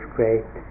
great